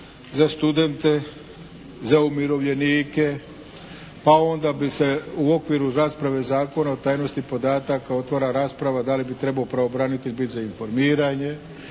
za studente, za umirovljenike, pa onda bi se u okviru rasprave Zakona o tajnosti podataka otvara rasprava da li bi trebao pravobranitelj biti za informiranje.